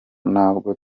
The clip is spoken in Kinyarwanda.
ntabwo